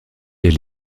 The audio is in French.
elle